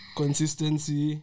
consistency